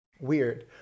Weird